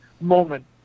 moment